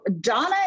Donna